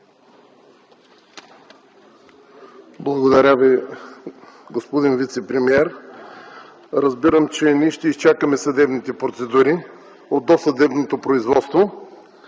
Благодаря. Господин вицепремиер, разбирам, че ще изчакаме съдебните процедури от досъдебното производство.